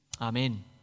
Amen